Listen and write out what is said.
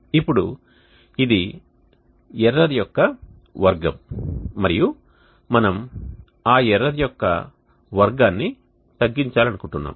ఇప్పుడు ఇది ఎర్రర్ యొక్క వర్గము మరియు మేము ఆ ఎర్రర్ యొక్క వర్గాన్ని తగ్గించాలనుకుంటున్నాము